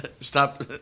Stop